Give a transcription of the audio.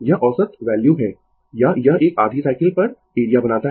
यह औसत वैल्यू है या यह एक आधी साइकिल पर एरिया बनाता है